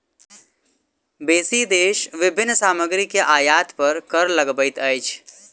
बेसी देश विभिन्न सामग्री के आयात पर कर लगबैत अछि